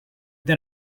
then